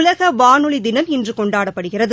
உலகவானொலிதினம் இன்றுகொண்டாடப்படுகிறது